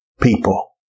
people